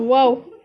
!wow!